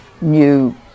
new